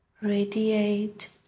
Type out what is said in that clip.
radiate